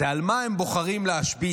הוא: "על מה הם בוחרים להשבית?",